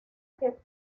que